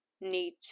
need